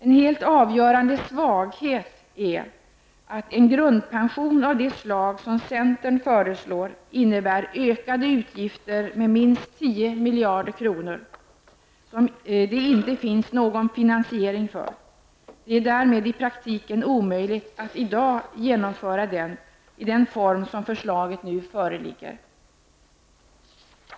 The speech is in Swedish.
En helt avgörande svaghet är att en grundpension av det slag som centern föreslår innebär ökade utgifter med minst 10 miljarder kronor, som det inte finns någon finansiering för. Det är därmed i praktiken omöjligt att i dag genomföra grundpensionen i den form som nu föreligger i förslaget.